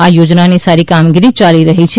આ યોજનાની સારી કામગીરી ચાલી રહી છે